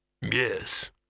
Yes